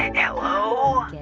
hello?